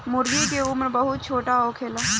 मूर्गी के उम्र बहुत छोट होखेला